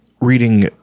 reading –